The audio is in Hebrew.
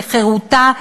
לחירותה,